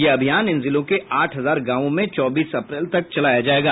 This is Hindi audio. यह अभियान इन जिलों के आठ हजार गांवों में चौबीस अप्रैल तक चलाया जायेगा